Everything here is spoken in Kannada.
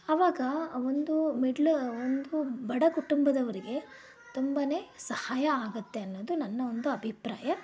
ಆವಾಗ ಒಂದು ಮಿಡ್ಲ್ ಒಂದು ಬಡ ಕುಟುಂಬದವರಿಗೆ ತುಂಬನೇ ಸಹಾಯ ಆಗತ್ತೆ ಅನ್ನೋದು ನನ್ನ ಒಂದು ಅಭಿಪ್ರಾಯ